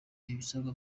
ibisabwa